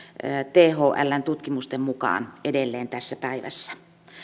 thln tutkimusten mukaan edelleen tässä päivässä